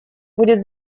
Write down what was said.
будет